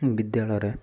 ବିଦ୍ୟାଳୟରେ